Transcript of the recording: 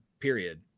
Period